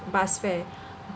bus fare